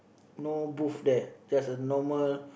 no booth there just a normal